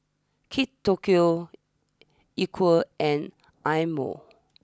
Kate Tokyo Equal and Eye Mo